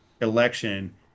election